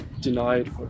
denied